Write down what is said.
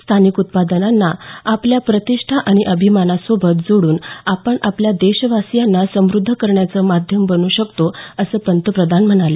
स्थानिक उत्पादनांना आपल्या प्रतिष्ठा आणि अभिमानासोबत जोडून आपण आपल्या देशवासीयांना समुद्ध करण्याचं माध्यम बनू शकतो असं पंतप्रधान म्हणाले